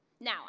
Now